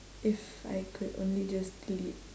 if I could only just delete